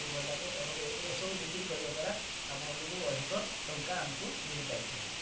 ଭଲ ଲାଗେ ଏବଂ ଏସବୁ ବିକ୍ରି କରିବା ଦ୍ଵାରା ଆମମାନଙ୍କୁ ଅଧିକ ଟଙ୍କା ଆମକୁ ମିଳି ପାରିଥାଏ